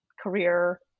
career